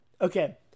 Okay